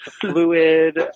fluid